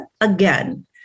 again